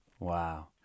Wow